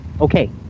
Okay